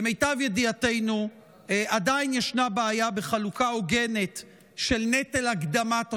למיטב ידיעתנו עדיין ישנה בעיה בחלוקה הוגנת של נטל הקדמת השירות.